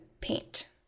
paint